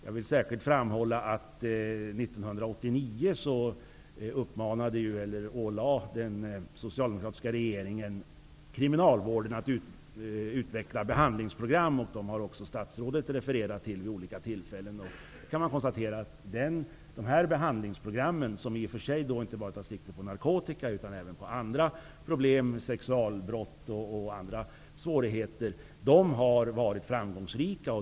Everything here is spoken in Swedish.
Jag vill särskilt framhålla att 1989 ålade den socialdemokratiska regeringen kriminalvården att utveckla behandlingsprogram, vilka också statsrådet vid olika tillfällen har refererat till. Dessa behandlingsprogram, som i och för sig inte tar sikte enbart på narkotika utan även på andra problem, t.ex. sexualbrott, har varit framgångsrika.